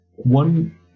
One